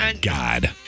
God